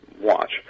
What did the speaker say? watch